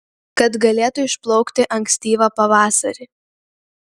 kad galėtų išplaukti ankstyvą pavasarį